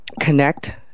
connect